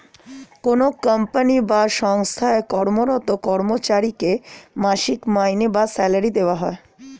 কোনো কোম্পানি বা সঙ্গস্থায় কর্মরত কর্মচারীকে মাসিক মাইনে বা স্যালারি দেওয়া হয়